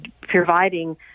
providing